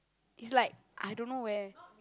it's like I don't know where